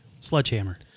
Sledgehammer